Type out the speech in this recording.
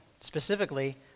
specifically